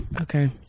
okay